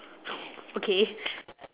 okay